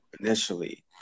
initially